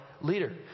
leader